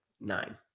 Nine